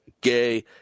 Gay